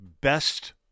Best